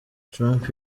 trump